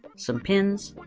some pins